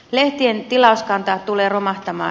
lehtien tilauskanta tulee romahtamaan